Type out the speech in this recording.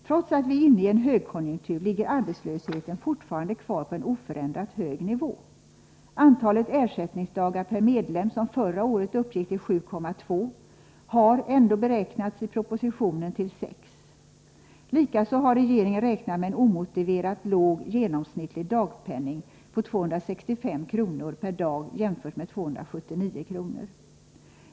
Trots att vi är inne i en högkonjunktur ligger arbetslösheten fortfarande kvar på en oförändrat hög nivå. Antalet ersättningsdagar per medlem, som förra året uppgick till 7,2, har i propositionen beräknats till 6. Likaså har regeringen räknat med en omotiverat låg genomsnittlig dagpenning på 265 kr. per dag jämfört med 279 kr.